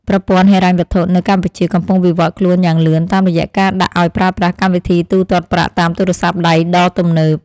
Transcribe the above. ប្រព័ន្ធហិរញ្ញវត្ថុនៅកម្ពុជាកំពុងវិវត្តខ្លួនយ៉ាងលឿនតាមរយៈការដាក់ឱ្យប្រើប្រាស់កម្មវិធីទូទាត់ប្រាក់តាមទូរស័ព្ទដៃដ៏ទំនើប។